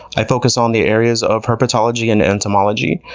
i focus on the areas of herpetology and entomology.